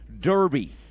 derby